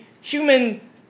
human